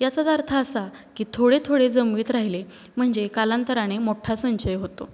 याचाच अर्थ असा की थोडे थोडे जमवीत राहिले म्हणजे कालांतराने मोठ्ठा संचय होतो